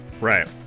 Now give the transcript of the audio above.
right